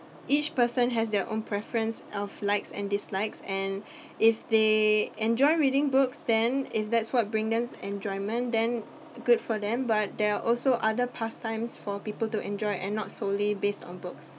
each person has their own preference of likes and dislikes and if they enjoy reading books then if that's what bring them enjoyment then good for them but there are also other pastimes for people to enjoy and not solely based on books